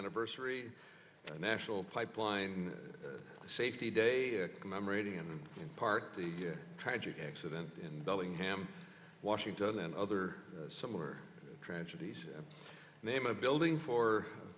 anniversary a national pipeline safety day commemorating in part the tragic accident in bellingham washington and other similar tragedies name a building for